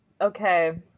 okay